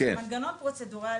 זה מנגנון פרוצדורלי,